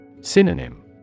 Synonym